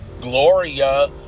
Gloria